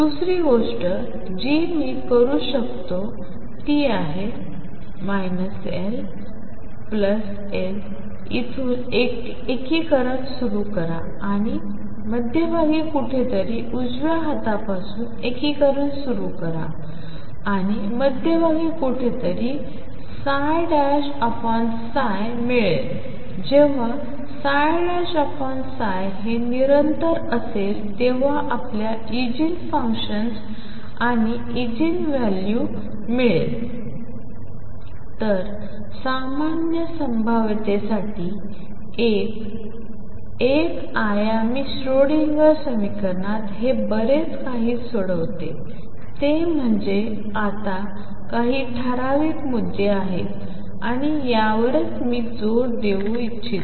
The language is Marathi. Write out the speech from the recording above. दुसरी गोष्ट जी मी करू शकतो ती आहे L L येथून एकीकरण सुरू करा आणि मध्यभागी कुठेतरी उजव्या हातापासून एकीकरण सुरू करा आणि मध्यभागी कुठेतरी मिळेल जेव्हा हे निरंतर असेल तेव्हा आपल्याला इगेन फुन्कशन आणि इगेन मूल्य मिळेल तर सामान्य संभाव्यतेसाठी या एक आयामी श्रोडिंगर समीकरणात हे बरेच काही सोडवते ते म्हणजे आता काही ठराविक मुद्दे आहेत आणि यावरच मी जोर देऊ इच्छितो